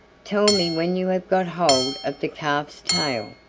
tell me when you have got hold of the calf's tail,